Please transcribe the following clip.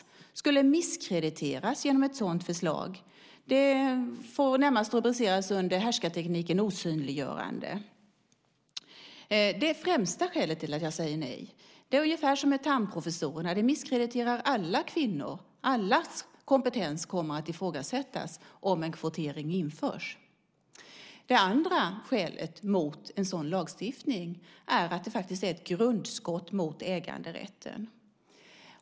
De skulle misskrediteras genom ett sådant förslag. Det får närmast rubriceras under härskartekniken osynliggörande. Det är det främsta skälet till att jag säger nej. Det är ungefär som med Thamprofessorerna. Det misskrediterar alla kvinnor. Allas kompetens kommer att ifrågasättas om en kvotering införs. Det andra skälet mot en sådan lagstiftning är att det faktiskt är ett grundskott mot äganderätten.